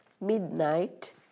Midnight